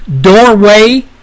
doorway